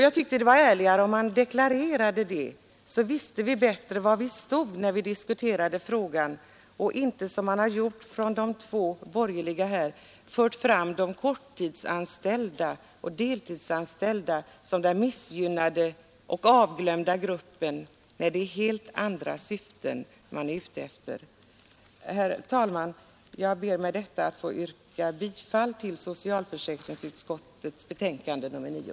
Jag tycker att det vore ärligare om man deklarerade detta. Då visste vi bättre var vi stod när vi diskuterar frågan. Nu har man från de två borgerliga talarna här fört fram de korttidsanställda och deltidsanställda som missgynnade och bortglömda grupper — när det i stället är andra syften man är ute efter. Herr talman! Jag ber med detta att få yrka bifall till socialförsäkringsutskottets betänkande nr 9.